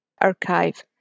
archive